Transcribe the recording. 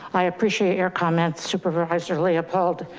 i appreciate your comments, supervisor leopold.